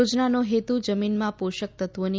યોજનાનો હેતુ જમીનમાં પોષક તત્વોની